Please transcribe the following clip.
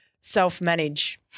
self-manage